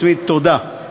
תודה,